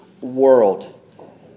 world